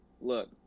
look